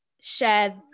share